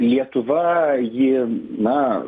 lietuva ji na